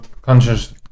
conscious